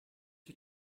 you